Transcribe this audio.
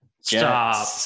Stop